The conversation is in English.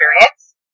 experience